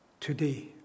today